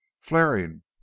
flaring